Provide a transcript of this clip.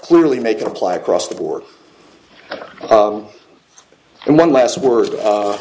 clearly make apply across the board and one last word